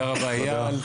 תודה רבה אייל.